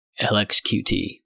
LXQT